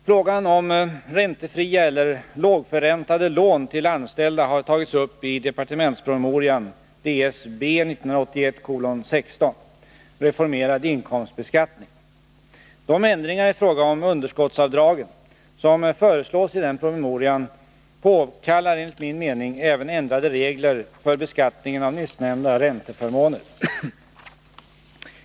Frågan om räntefria eller lågförräntade lån till anställda har tagits upp i departementspromemorian Reformerad inkomstbeskattning. De ändringar i fråga om underskottsavdragen som föreslås i den promemorian påkallar enligt min mening även ändrade regler för beskattningen av nyssnämnda ränteförmåner.